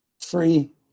free